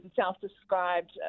self-described